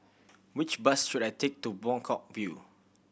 which bus should I take to Buangkok View